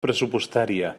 pressupostària